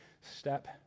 step